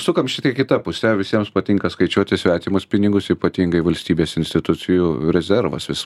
sukam šitiek į kitą pusę visiems patinka skaičiuoti svetimus pinigus ypatingai valstybės institucijų rezervas vis